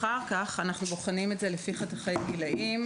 אנחנו בוחנים גם לפי חתכי גילאים: